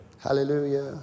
Hallelujah